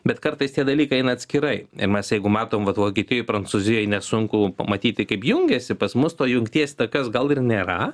bet kartais tie dalykai eina atskirai ir mes jeigu matom vat vokietijoj prancūzijoj nesunku pamatyti kaip jungiasi pas mus to jungties tokios gal ir nėra